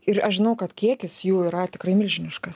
ir aš žinau kad kiekis jų yra tikrai milžiniškas